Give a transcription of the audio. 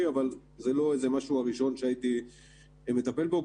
אבל זה לא הדבר הראשון שהייתי מטפל בו,